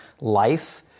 life